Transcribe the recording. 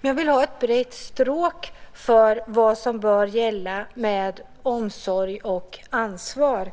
Men jag vill ha ett brett stråk när det gäller omsorg och ansvar